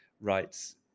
rights